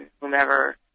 whomever